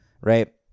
right